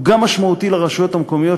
הוא גם משמעותי לרשויות המקומיות,